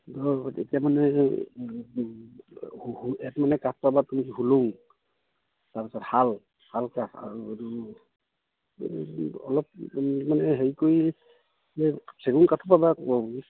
তেতিয়া মানে এক মানে কাঠ পাবা তুমি হোলোং তাৰপিছত শাল শাল কাঠ আৰু অলপ মানে হেৰি কৰি চেগুন কাঠো পাবা